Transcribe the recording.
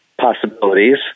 possibilities